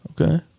Okay